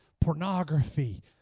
pornography